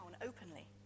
openly